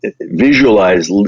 visualize